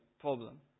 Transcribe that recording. problem